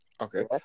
Okay